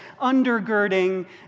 undergirding